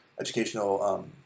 educational